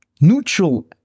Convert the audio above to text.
neutral